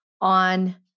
on